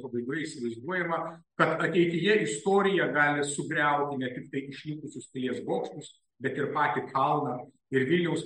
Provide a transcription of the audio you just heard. pabaigoje įsivaizduojama kad ateityje istorija gali sugriauti ne tiktai išlikusius pilies bokštus bet ir patį kalną ir viliaus